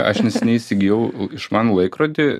aš neseniai įsigijau išmanų laikrodį